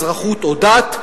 אזרחות או דת.